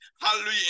hallelujah